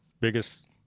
biggest